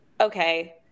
okay